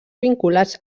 vinculats